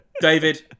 David